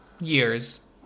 years